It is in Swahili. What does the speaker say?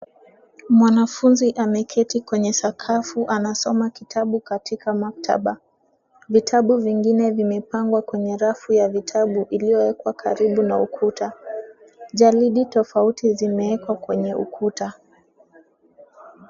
Mwanafunzi ameketi kwenye sakafu anasoma kitabu katika maktaba. Vitabu vingine vimepangwa kwenye rafu ya vitabu iliyowekwa karibu na ukuta. Jalidi tofauti zimewekwa kwenye ukuta.